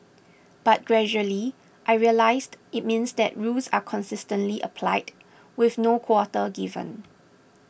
but gradually I realised it means that rules are consistently applied with no quarter given